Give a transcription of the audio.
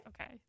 okay